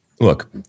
Look